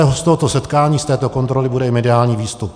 Z tohoto setkání, z této kontroly bude mediální výstup.